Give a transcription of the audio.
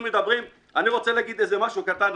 אני רוצה להגיד משהו קטן.